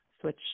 switch